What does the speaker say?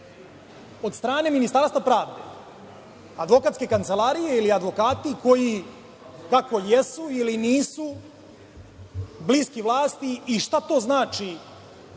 od strane Ministarstva pravde, advokatske kancelarije ili advokati koji kako jesu ili nisu bliski vlasti i šta to znači